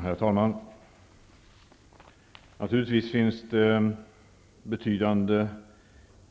Herr talman! Naturligtvis finns det betydande